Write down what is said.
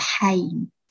pain